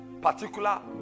particular